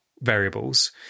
variables